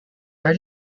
are